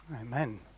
Amen